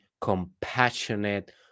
compassionate